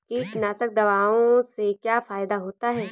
कीटनाशक दवाओं से क्या फायदा होता है?